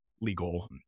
legal